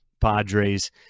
Padres